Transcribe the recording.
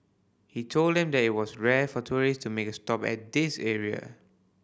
he told them that it was rare for tourist to make a stop at this area